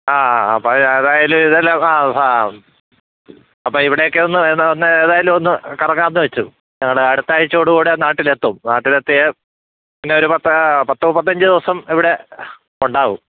ആ പഴയ അതായത് ഇതെല്ലം ആ അപ്പോൾ ഇവിടെയൊക്കെ ഒന്ന് ഏതായാലും ഒന്ന് കറങ്ങാമെന്ന് വച്ചു ഞങ്ങളെ അടുത്ത ആഴ്ചയോടു കൂടെ നാട്ടിലെത്തും നാട്ടിലെത്തിയാൽ പിന്നെ ഒരു പത്ത് മുപ്പത്തി അഞ്ച് ദിവസം ഇവിട ഉണ്ടാവും